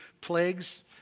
plagues